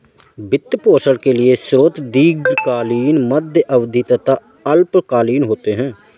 वित्त पोषण के स्रोत दीर्घकालिक, मध्य अवधी तथा अल्पकालिक होते हैं